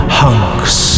hunks